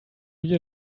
you